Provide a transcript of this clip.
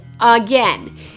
again